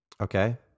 Okay